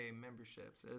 memberships